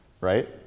right